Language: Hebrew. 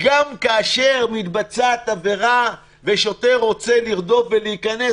גם כאשר מתבצעת עבירה ושוטר רוצה לרדוף ולהיכנס,